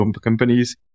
companies